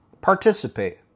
participate